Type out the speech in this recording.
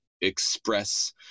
express